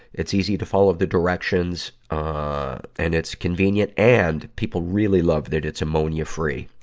it's easy to follow the directions and it's convenient. and people really love that it's ammonia-free.